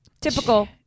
Typical